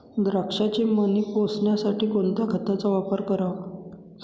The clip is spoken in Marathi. द्राक्षाचे मणी पोसण्यासाठी कोणत्या खताचा वापर करावा?